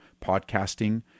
podcasting